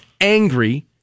angry